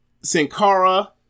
Sankara